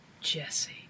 Jesse